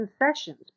concessions